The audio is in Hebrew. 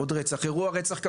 עוד אירוע רצח,